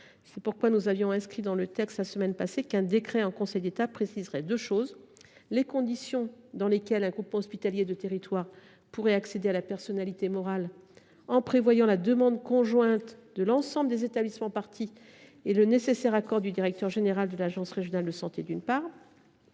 C’est pourquoi nous avons inscrit dans le texte la semaine passée qu’un décret en Conseil d’État préciserait les conditions dans lesquelles un groupement hospitalier de territoire pourrait accéder à la personnalité morale, en prévoyant la demande conjointe de l’ensemble des établissements parties et le nécessaire accord du directeur général de l’agence régionale de santé, ainsi